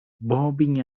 bobbing